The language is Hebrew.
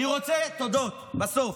תודות בסוף.